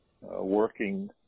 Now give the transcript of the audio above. working